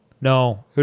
no